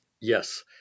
Yes